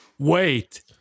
Wait